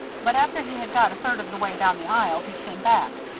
but after he had got a third of the way down the aisle, he came back.